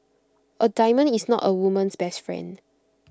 A diamond is not A woman's best friend